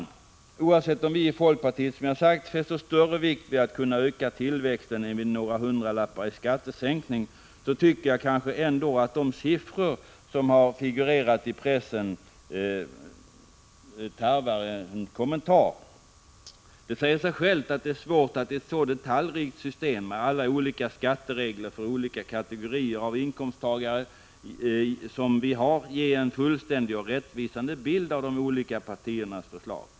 Bortsett från om vi i folkpartiet, som jag tidigare har sagt, fäster större vikt vid att vi kan öka tillväxten än att vi får några hundralappar i skattesänkning, tycker jag kanske att de siffror som har figurerat i pressen tarvar en kommentar. Det säger sig självt att det är svårt att i ett så här detaljrikt system — som har öjliga skatteregler för olika kategorier av inkomsttagare — ge en fullständig och rättvisande bild av de olika partiernas förslag.